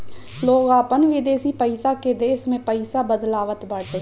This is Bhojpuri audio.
लोग अपन विदेशी पईसा के देश में पईसा में बदलवावत बाटे